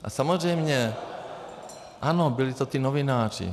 A samozřejmě ano, byli to ti novináři.